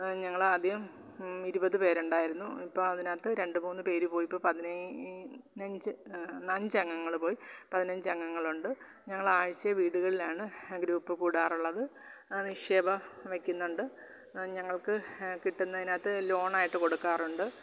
ഞങ്ങളാദ്യം ഇരുപത് പേരുണ്ടായിരുന്നു ഇപ്പോൾ അതിനകത്തു രണ്ടു മൂന്നു പേരു പോയി ഇപ്പോൾ പതിനഞ്ച് അഞ്ച് അംഗങ്ങൾ പോയി പതിനഞ്ചു അംഗങ്ങളുണ്ട് ഞങ്ങൾ ആഴ്ചയിൽ വീടുകളിലാണ് ഗ്രൂപ്പ് കൂടാറുള്ളത് ആ നിക്ഷേപം വെയ്ക്കുന്നുണ്ട് ഞങ്ങൾക്ക് കിട്ടുന്നതിനകത്ത് ലോണായിട്ട് കൊടുക്കാറുണ്ട്